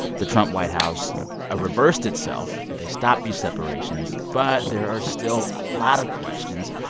the trump white house ah reversed itself. and they stopped these separations, but there are still a lot of questions.